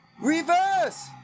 Reverse